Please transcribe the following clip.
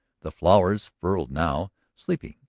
the flowers furled now, sleeping.